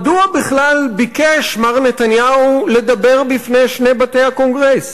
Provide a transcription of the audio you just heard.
מדוע בכלל ביקש מר נתניהו לדבר בפני שני בתי הקונגרס?